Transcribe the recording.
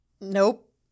Nope